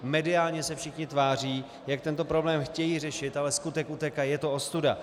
Mediálně se všichni tváří, jak tento problém chtějí řešit, ale skutek utek' a je to ostuda.